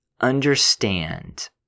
understand